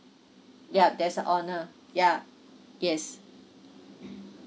yup there's a owner yup yes